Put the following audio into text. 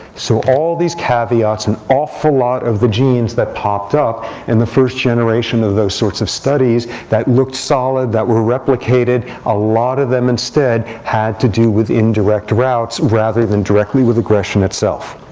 so all these caveats, an awful lot of the genes that popped up in the first generation of those sorts of studies that looked solid, that were replicated, a lot of them instead had to do with indirect routes, rather than directly with aggression itself.